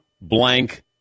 blank